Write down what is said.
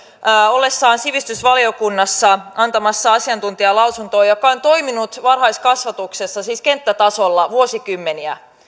ollessaan sivistysvaliokunnassa antamassa asiantuntijalausuntoa hän on toiminut varhaiskasvatuksessa kenttätasolla vuosikymmeniä